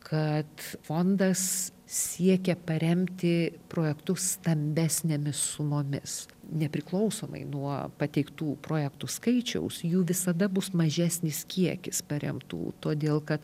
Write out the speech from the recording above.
kad fondas siekia paremti projektus stambesnėmis sumomis nepriklausomai nuo pateiktų projektų skaičiaus jų visada bus mažesnis kiekis paremtų todėl kad